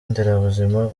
nderabuzima